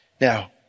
Now